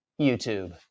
YouTube